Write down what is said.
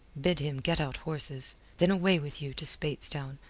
bid him get out horses. then away with you to speightstown,